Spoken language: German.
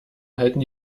halten